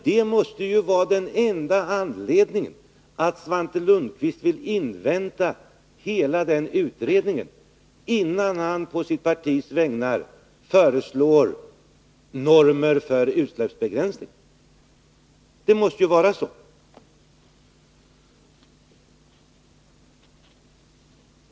Det måste vara den enda anledningen till att Svante Lundkvist vill invänta utredningen i dess helhet innan han på sitt partis vägnar föreslår normer för utsläppsbegränsningen. Det måste ju vara så.